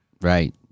Right